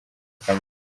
akamaro